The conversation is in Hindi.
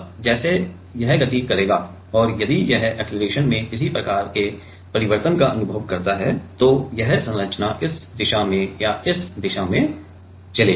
अब जैसे यह गति करेगा और यदि यह अक्सेलरेशन में किसी प्रकार के परिवर्तन का अनुभव करता है तो यह संरचना इस दिशा में या इस दिशा में चलेगी